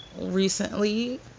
recently